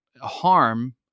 harm